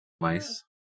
Mice